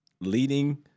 leading